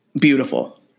beautiful